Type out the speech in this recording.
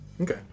okay